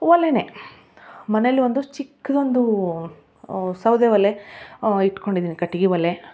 ಒಲೇನೆ ಮನೆಯಲ್ ಒಂದು ಚಿಕ್ಕದೊಂದೂ ಸೌದೆ ಒಲೆ ಇಟ್ಕೊಂಡಿದೀನಿ ಕಟ್ಟಿಗೆ ಒಲೆ